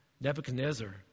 Nebuchadnezzar